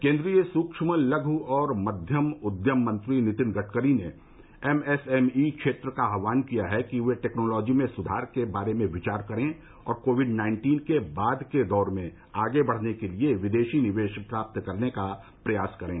केंद्रीय सूक्ष्म लघु और मध्यम उद्यम मंत्री नितिन गडकरी ने एम एस एम ई क्षेत्र का आह्वान किया है कि वे टेक्नोलॉजी में सुधार के बारे में विचार करें और कोविड नाइन्टीन के बाद के दौर में आगे बढ़ने के लिए विदेशी निवेश प्राप्त करने का प्रयास करें